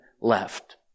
left